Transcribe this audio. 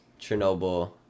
Chernobyl